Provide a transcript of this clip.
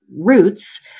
Roots